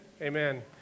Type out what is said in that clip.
amen